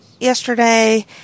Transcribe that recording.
yesterday